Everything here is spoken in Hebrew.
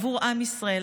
עבור העם ישראל,